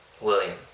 William